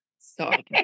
Sorry